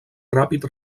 ràpid